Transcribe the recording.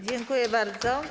Dziękuję bardzo.